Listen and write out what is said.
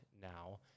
now